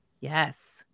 Yes